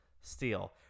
steal